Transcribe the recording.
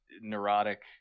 neurotic